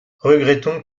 regrettons